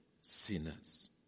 sinners